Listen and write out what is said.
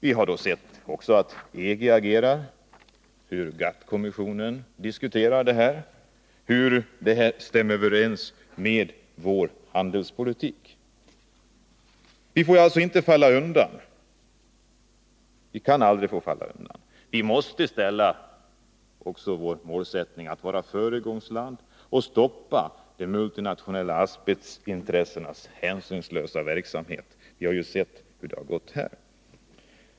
Vi har också sett hur EG agerar och att GATT-kommissionen diskuterar det här och hur väl de argumenten stämmer överens med vår handelspolitik. Vi får alltså inte falla undan — vi kan aldrig falla undan — utan vi måste i Sverige ställa som vårt mål att vara föregångsland genom att stoppa de multinationella asbestintressenternas hänsynslösa verksamhet. Vi har ju redan sett hur det har gått här.